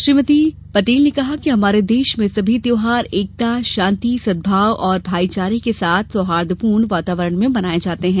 श्रीमती पटेल ने कहा कि हमारे देश में सभी त्यौहार एकता शांति सदभाव और भाई चारे के साथ सौहार्द्रपूर्ण वातावरण में मनाये जाते हैं